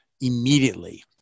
immediately